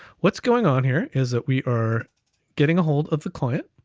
what's going on here is that we are getting a hold of the client,